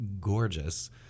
gorgeous